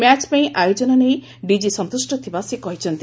ମ୍ୟାଚ୍ପାଇଁ ଆୟୋଜନ ନେଇ ଡିଜି ସନ୍ତୁଷ ଥିବା ସେ କହିଛନ୍ତି